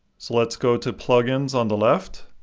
so let's go to, plugins on the left.